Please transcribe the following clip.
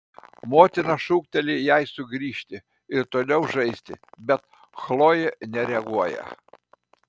motina šūkteli jai sugrįžti ir toliau žaisti bet chlojė nereaguoja